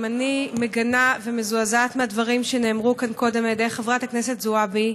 גם אני מגנה ומזועזעת מהדברים שנאמרו כאן קודם על-ידי חברת הכנסת זועבי,